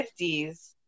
50s